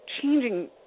changing